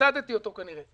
הפסדתי אותו כנראה.